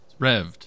Revved